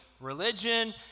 religion